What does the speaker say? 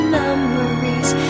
memories